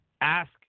ask